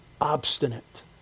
obstinate